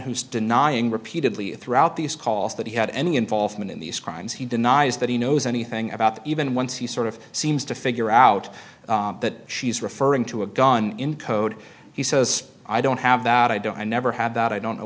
who's denying repeatedly throughout these calls that he had any involvement in these crimes he denies that he knows anything about even once he sort of seems to figure out that she's referring to a gun in code he says i don't have that i don't i never have that i don't know